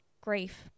grief